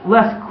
less